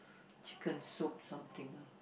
chicken soup something lah